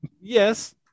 Yes